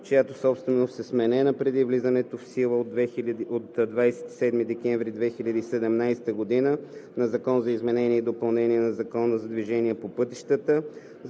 чиято собственост е сменена преди влизането в сила от 27 декември 2017 г. на Закона за изменение и допълнение на Закона за движението по пътищата,